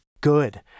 good